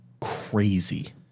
crazy